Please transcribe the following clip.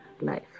life